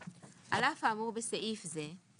על אף האמור בסעיף זה,